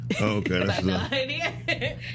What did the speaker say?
okay